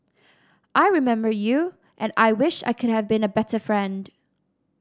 I remember you and I wish I could have been a better friend